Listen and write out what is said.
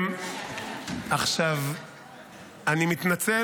סוף-סוף אתה מתבייש